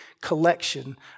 collection